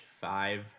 five